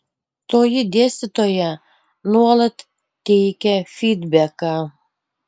toji dėstytoja nuolat teikia fydbeką